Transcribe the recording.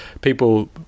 people